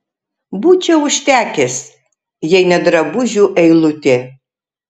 būčiau užtekęs jei ne drabužių eilutė